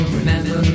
remember